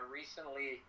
recently